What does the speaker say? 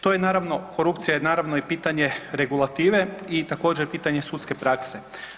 To je naravno, korupcija je naravno i pitanje regulative i također pitanje sudske prakse.